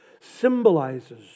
Symbolizes